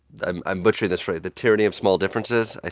i'm i'm butchering this phrase. the tyranny of small differences?